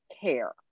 care